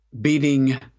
beating